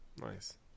Nice